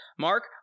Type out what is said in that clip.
Mark